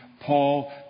Paul